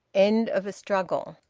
end of a struggle.